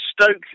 Stoke